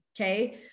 okay